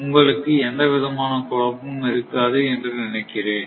உங்களுக்கு எந்தவிதமான குழப்பமும் இருக்காது என்று நினைக்கிறேன்